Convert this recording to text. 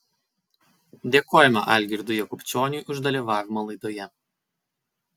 dėkojame algirdui jakubčioniui už dalyvavimą laidoje